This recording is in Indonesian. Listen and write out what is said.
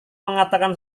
mengatakan